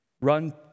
Run